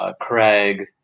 Craig